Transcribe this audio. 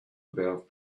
about